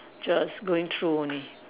just going through only